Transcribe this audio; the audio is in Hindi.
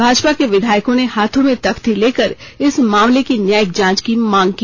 भाजपा के विधायकों ने हाथों में तख्ती लेकर इस मामले की न्यायिक जांच की मांग की